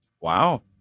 Wow